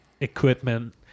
equipment